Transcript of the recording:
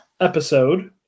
episode